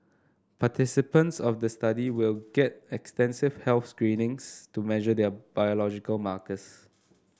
participants of the study will get extensive health screenings to measure their biological markers